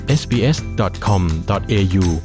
sbs.com.au